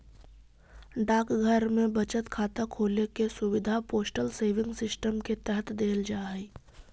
डाकघर में बचत खाता खोले के सुविधा पोस्टल सेविंग सिस्टम के तहत देल जा हइ